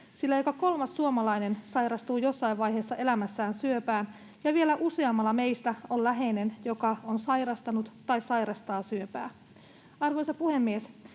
sillä joka kolmas suomalainen sairastuu jossain vaiheessa elämäänsä syöpään, ja vielä useammalla meistä on läheinen, joka on sairastanut tai sairastaa syöpää. Arvoisa puhemies!